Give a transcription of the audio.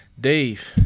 Dave